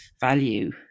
value